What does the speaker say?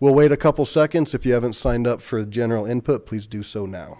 we'll wait a couple seconds if you haven't signed up for a general input please do so now